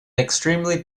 extremely